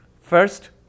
first